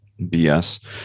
BS